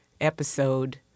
episode